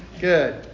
Good